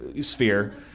sphere